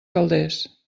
calders